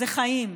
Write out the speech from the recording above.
זה חיים.